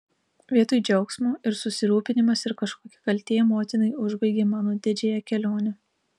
vietoj džiaugsmo ir susirūpinimas ir kažkokia kaltė motinai užbaigė mano didžiąją kelionę